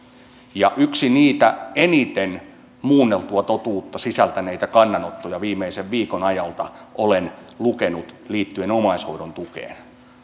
yhden niitä eniten muunneltua totuutta sisältäneitä kannanottoja viimeisen viikon ajalta olen lukenut liittyen omaishoidon tukeen